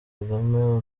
kagame